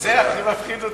זה הכי מפחיד אותי.